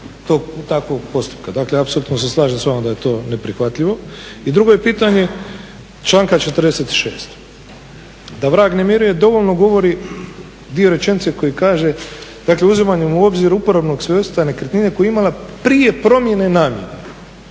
takvog postupka, dakle apsolutno se slažem s vama da je to neprihvatljivo. I drugo je pitanje članka 46. Da vrag ne miruje dovoljno govori dio rečenice koji kaže dakle uzimanjem u obzir uporabnog svojstva nekretnine koji je imala prije promjene namjene.